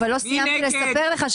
מי נגד?